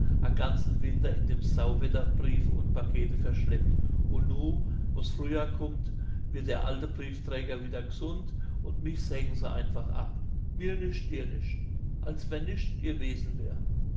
ganzen winter in dem sauwetter briefe und pakete verschleppt und nu wo's frühjahr kummt wird der alte briefträger wieder gesund und mich sägen se einfach ab mir nischt dir nischt als wenn nischt gewesen wär